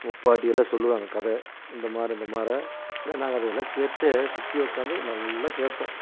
முப்பாட்டியெல்லாம் சொல்லுவாங்கள் கதை இந்த மாதிரி இந்த மாதிரி நாங்கள் அதையெல்லாம் கேட்டு சுற்றி உட்காந்து நல்லா கேட்போம்